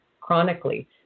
chronically